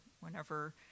whenever—